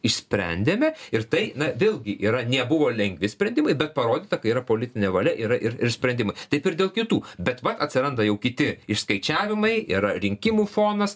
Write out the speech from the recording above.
išsprendėme ir tai na vėlgi yra nebuvo lengvi sprendimai bet parodyta kai yra politinė valia yra ir ir sprendimai taip ir dėl kitų bet va atsiranda jau kiti išskaičiavimai ir rinkimų fonas